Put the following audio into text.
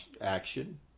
action